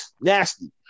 nasty